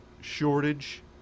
shortage